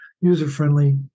user-friendly